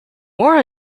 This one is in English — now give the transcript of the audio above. more